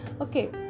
okay